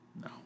No